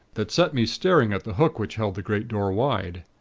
that set me staring at the hook which held the great door wide.